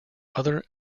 other